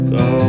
go